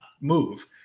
move